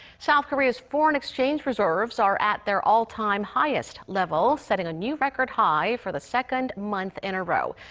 south korea's foreign exchange reserves are at their all-time highest level. setting a new record high for the second month in a row.